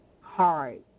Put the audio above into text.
hard